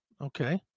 Okay